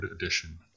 edition